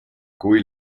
cui